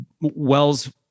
wells